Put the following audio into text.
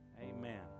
Amen